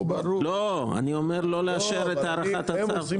הם עושים